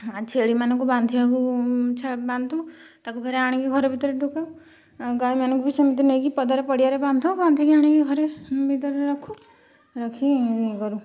ଛେଳିମାନଙ୍କୁ ବାନ୍ଧିବାକୁ ବାନ୍ଧୁ ତାକୁ ଫେରେ ଆଣିକି ଘର ଭିତରେ ଢୁକୋଉ ଗାଈମାନଙ୍କୁ ବି ସେମିତି ନେଇକି ପଦାରେ ପଡ଼ିଆରେ ବାନ୍ଧୁ ବାନ୍ଧିକି ଆଣି ଘର ଭିତରେ ରଖୁ ରଖି ଇଏ କରୁ